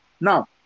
Now